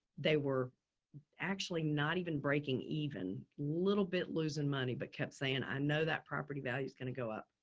they were actually not even breaking even little bit losing money, but kept saying, i know that property value is going to go up.